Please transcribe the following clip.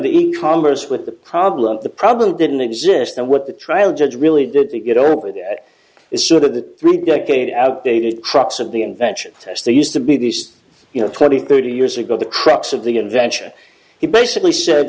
commerce with the problem the problem didn't exist and what the trial judge really did to get over that is sort of the three decade outdated trucks of the invention test they used to be these you know twenty thirty years ago the crux of the invention he basically said